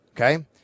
okay